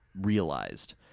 realized